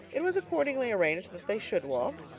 it was accordingly arranged that they should walk,